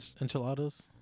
enchiladas